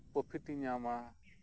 profit ᱤᱧ ᱧᱟᱢᱟ